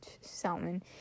salmon